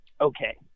okay